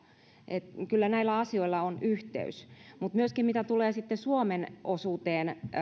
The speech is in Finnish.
kyllä näillä asioilla on yhteys myöskin mitä tulee sitten suomen osuuteen